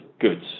goods